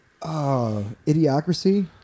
Idiocracy